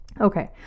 okay